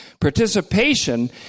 participation